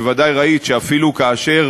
בוודאי ראית שאפילו כאשר